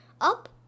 Up